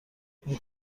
این